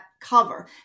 cover